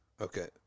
Okay